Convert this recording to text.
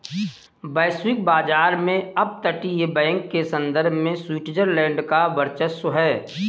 वैश्विक बाजार में अपतटीय बैंक के संदर्भ में स्विट्जरलैंड का वर्चस्व है